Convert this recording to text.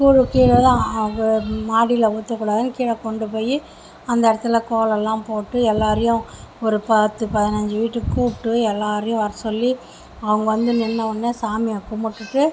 கூழு கிழேதான் மேல் மாடியில் ஊற்றக்கூடாதுனு கீழே கொண்டு போய் அந்த இடத்துல கோலம்லாம் போட்டு எல்லாரையும் ஒரு பத்து பதினைஞ்சு வீட்டுக்கு கூப்பிட்டு எல்லாரையும் வர சொல்லி அவங்க வந்து நின்ற ஒடனே சாமியை கும்பிட்டுட்டு